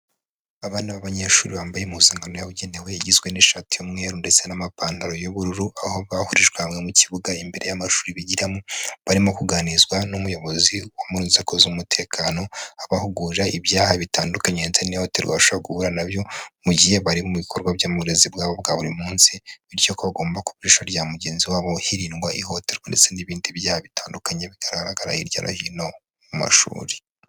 Aba ni abanyeshuri bambaye impuzankano yabugenewe igizwe n'ishati y'umweru ndetse n'amapantaro y'ubururu, aho bahurirwa mu kibuga imbere y'amashuri bigiramo. Barimo kuganirizwa n'umuyobozi wo mu nzego z'umutekano abahugurira ibyaha bitandukanye ndetse n'ihohoterwa bashobora guhura na byo mu gihe bari mu bikorwa by'burezi bwabo bwa buri munsi, bityo ko bagomba kuba ijisho rya mugenzi wabo, hirindwa ihohoterwa ndetse n'ibindi byaha bitandukanye bigaragara hirya no hino mu mashuri.